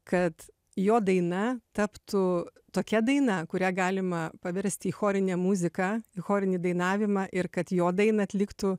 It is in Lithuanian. kad jo daina taptų tokia daina kurią galima paversti į chorinę muziką į chorinį dainavimą ir kad jo dainą atliktų